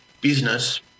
business